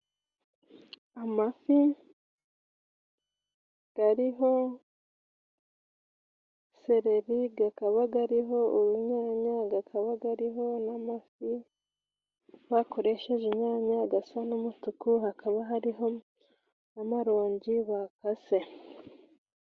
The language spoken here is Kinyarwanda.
Amafi gariho sereri, gakaba gariho urunyanya , gakaba gariho n'amafi bakoresheje inyanya gasa n'umutuku hakaba hariho na maronji bakase.